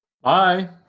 Bye